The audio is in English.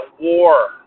war